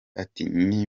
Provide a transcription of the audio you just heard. ati